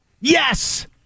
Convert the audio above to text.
Yes